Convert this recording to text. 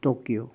Tokyo